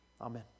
Amen